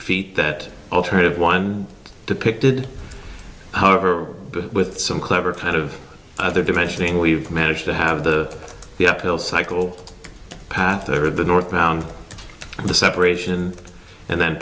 feet that alternative wind depicted however with some clever kind of other dimensioning we've managed to have the the uphill cycle path of the northbound the separation and then